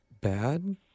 bad